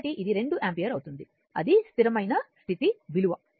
కాబట్టి ఇది రెండు యాంపియర్ అవుతుంది అది స్థిరమైన స్థితి విలువ